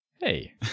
hey